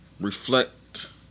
Reflect